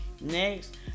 Next